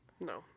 No